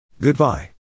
Goodbye